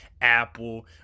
Apple